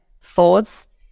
thoughts